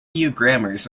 grammars